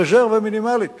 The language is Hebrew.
הרזרבה מינימלית